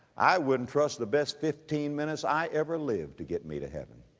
i wouldn't trust the best fifteen minutes i ever lived to get me to heaven.